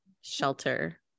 shelter